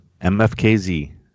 MFKZ